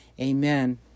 amen